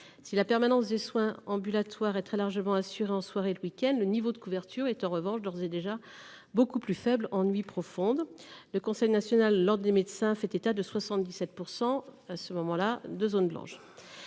Si la permanence des soins ambulatoires est très largement assurée en soirée et le week-end, le niveau de couverture est en revanche d'ores et déjà beaucoup plus faible en nuit profonde : le Conseil national de l'ordre des médecins fait état de 77 % de zones blanches.